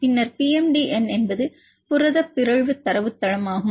பின்னர் PMD எண் என்பது புரத பிறழ்வு தரவுத்தளமாகும்